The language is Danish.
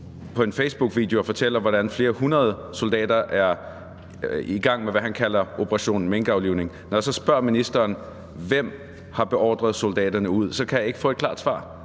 i en facebookvideo og fortæller, hvordan flere hundrede soldater er i gang med, hvad han kalder operation minkaflivning. Når jeg så spørger ministeren, hvem der har beordret soldaterne ud, kan jeg ikke få et klart svar.